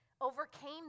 overcame